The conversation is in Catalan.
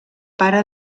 pare